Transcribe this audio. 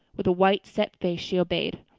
with a white, set face she obeyed.